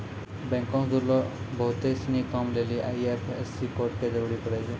बैंको से जुड़लो बहुते सिनी कामो लेली आई.एफ.एस.सी कोड के जरूरी पड़ै छै